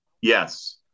yes